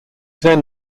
then